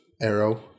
Arrow